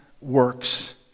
works